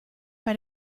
bei